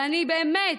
ואני באמת,